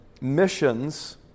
Missions